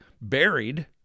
buried